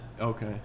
Okay